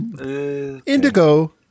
Indigo